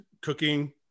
cooking